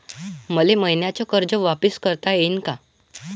मले मईन्याचं कर्ज वापिस करता येईन का?